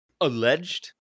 Alleged